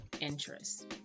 interest